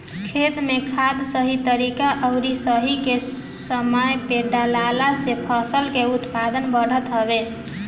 खेत में खाद सही तरीका अउरी सही समय पे डालला से फसल के उत्पादन बढ़त हवे